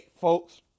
folks